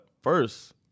first